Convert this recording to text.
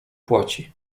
płaci